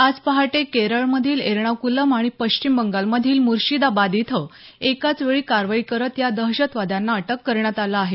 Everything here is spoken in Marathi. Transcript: आज पहाटे केरळमधील एर्णाक्लम आणि पश्चिम बंगालमधील मुर्शिदाबाद इथं एकाच वेळी कारवाई करत या दहशतवाद्यांना अटक करण्यात आलं आहे